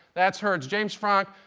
that's hertz. james franck